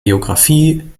geografie